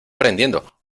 prendiendo